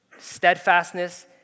Steadfastness